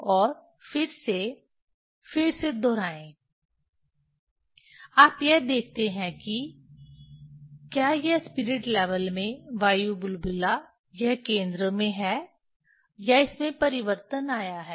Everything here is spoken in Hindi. और फिर से फिर से दोहराएं आप यह देखते हैं कि क्या यह स्पिरिट लेवल में वायु बुलबुला यह केंद्र में है या इसमें परिवर्तन आया है